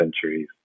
centuries